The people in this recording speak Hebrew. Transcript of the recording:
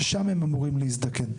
ששם הם אמורים להזדקן.